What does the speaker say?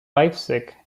leipzig